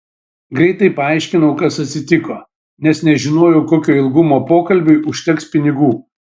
greitai paaiškinau kas atsitiko nes nežinojau kokio ilgumo pokalbiui užteks pinigų